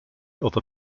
other